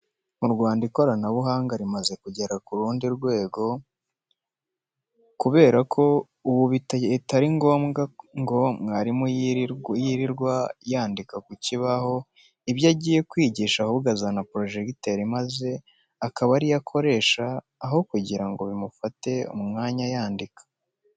Mu Rwanda ikoranabuhanga rimaze kugera ku rundi rwego kubera ko ubu bitakiri ngombwa ngo umwarimu yirirwa yandika ku kibaho ibyo agiye kwigisha, ahubwo azana projector maze akaba ari yo akoresha aho kugira ngo bimufate umwanya yandika.